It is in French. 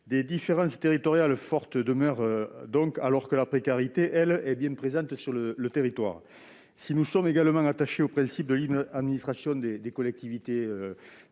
Des différences territoriales fortes demeurent, alors que la précarité est bien présente sur le territoire. Nous sommes nous aussi attachés au principe de libre administration des collectivités